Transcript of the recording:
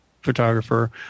Photographer